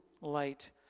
light